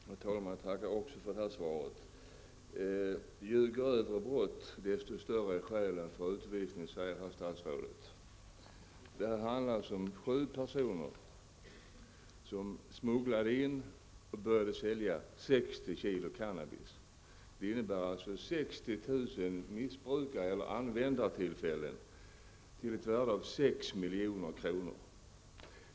Herr talman! Jag tackar även för detta svar. Ju grövre brott desto starkare är skälen för utvisning, säger statsrådet. Här handlar det om sju personer som smugglade in och började sälja 60 kg cannabis. Det innebär 60 000 användartillfällen till ett värde av 6 milj.kr.